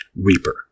Reaper